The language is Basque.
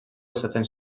esaten